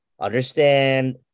understand